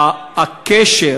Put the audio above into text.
הקשר